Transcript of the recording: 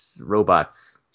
robots